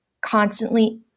constantly